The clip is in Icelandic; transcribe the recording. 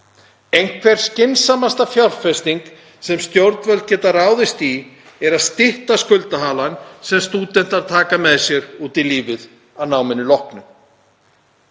Einhver skynsamlegasta fjárfesting sem stjórnvöld geta ráðist í er að stytta skuldahalann sem stúdentar taka með sér út í lífið að námi loknu.